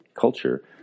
culture